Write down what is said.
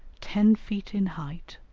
ten feet in height,